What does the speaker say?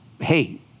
hey